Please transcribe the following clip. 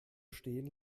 stehen